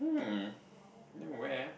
um then where ah